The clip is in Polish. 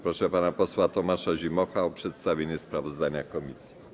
Proszę pana posła Tomasza Zimocha o przedstawienie sprawozdania komisji.